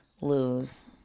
lose